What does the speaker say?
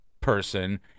person